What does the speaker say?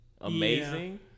amazing